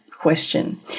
question